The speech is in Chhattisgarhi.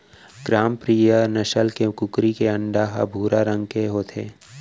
ग्रामप्रिया नसल के कुकरी के अंडा ह भुरवा रंग के होथे